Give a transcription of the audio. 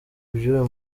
bw’uyu